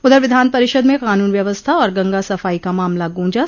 उधर विधान परिषद में कानून व्यवस्था और गंगा सफाई का मामला गूंजा